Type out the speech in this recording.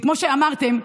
כמו שאמרתם,